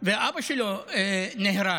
ואבא שלו נהרג.